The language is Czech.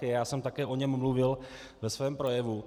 Já jsem také o něm mluvil ve svém projevu.